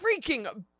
freaking